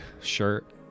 shirt